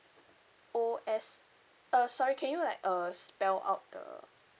O S uh sorry can you like uh spell out the